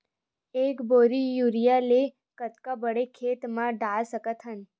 एक बोरी यूरिया ल कतका बड़ा खेत म डाल सकत हन?